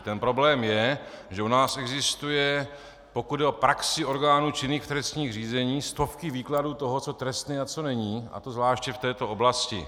Ten problém je, že u nás existují, pokud jde o praxi orgánů činných v trestním řízení, stovky výkladů toho, co je trestné a co není, a to zvláště v této oblasti.